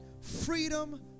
freedom